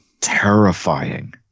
terrifying